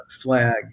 flag